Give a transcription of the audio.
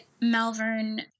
Malvern